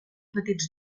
petits